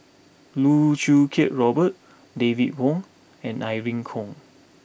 Loh Choo Kiat Robert David Wong and Irene Khong